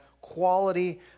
quality